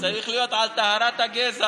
זה צריך להיות על טהרת הגזע.